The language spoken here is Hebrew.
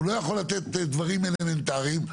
הוא לא יכול לתת דברים אלמנטריים,